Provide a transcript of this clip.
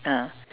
ah